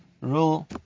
rule